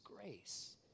grace